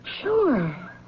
Sure